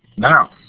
now,